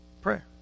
prayer